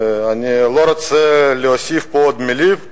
אני לא רוצה להוסיף עוד מלים,